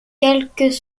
quelques